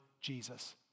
Jesus